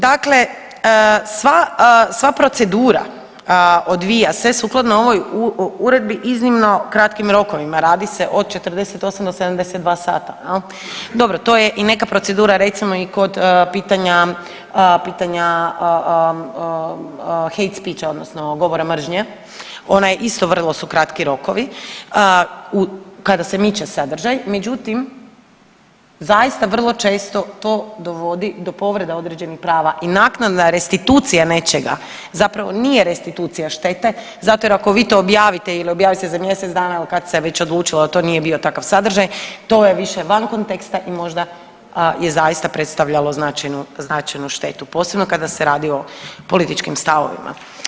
Dakle, sva, sva procedura odvija se sukladno ovoj uredbi u iznimno kratkim rokovima, radi se od 48 do 72 sata jel, dobro to je i neka procedura recimo i kod pitanja, pitanja … [[Govornik se ne razumije]] odnosno govora mržnje, ona je isto vrlo su kratki rokovi kada se miče sadržaj, međutim zaista vrlo često to dovodi do povreda određenih prava i naknadna restitucija nečega zapravo nije restitucija štete zato jer ako vi to objavite ili objavi se za mjesec dana ili kad se već odlučilo da to nije bio takav sadržaj to je više van konteksta i možda je zaista predstavljalo značajnu, značajnu štetu, posebno kada se radi o političkim stavovima.